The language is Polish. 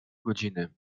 godziny